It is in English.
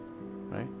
right